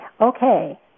Okay